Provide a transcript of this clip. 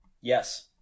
Yes